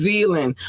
Zealand